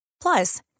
Plus